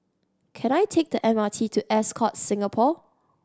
can I take the M R T to Ascott Singapore